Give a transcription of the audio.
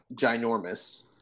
ginormous